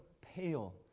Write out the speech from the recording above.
pale